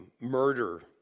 Murder